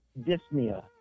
dyspnea